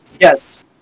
yes